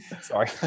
sorry